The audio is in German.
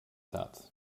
herz